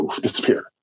disappear